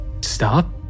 stop